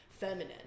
Feminine